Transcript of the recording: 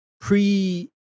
pre